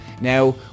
Now